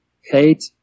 Hate